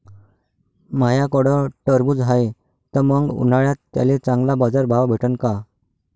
माह्याकडं टरबूज हाये त मंग उन्हाळ्यात त्याले चांगला बाजार भाव भेटन का?